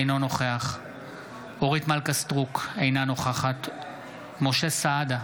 אינו נוכח אורית מלכה סטרוק, אינה נוכחת משה סעדה,